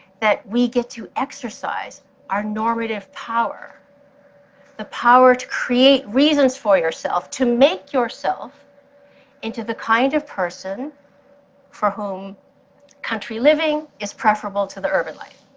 that we get to exercise our normative power the power to create reasons for yourself, to make yourself into the kind of person for whom country living is preferable to the urban life.